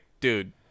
dude